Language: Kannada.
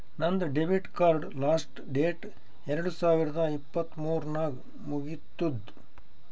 ನಂದ್ ಡೆಬಿಟ್ ಕಾರ್ಡ್ದು ಲಾಸ್ಟ್ ಡೇಟ್ ಎರಡು ಸಾವಿರದ ಇಪ್ಪತ್ ಮೂರ್ ನಾಗ್ ಮುಗಿತ್ತುದ್